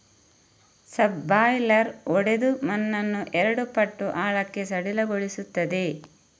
subsoiler ಒಡೆದು ಮಣ್ಣನ್ನು ಎರಡು ಪಟ್ಟು ಆಳಕ್ಕೆ ಸಡಿಲಗೊಳಿಸುತ್ತದೆ